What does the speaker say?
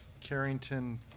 Carrington